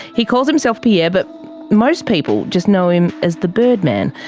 he calls himself pierre, but most people just know him as the birdman.